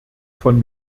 von